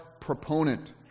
proponent